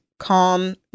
calm